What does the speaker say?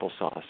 applesauce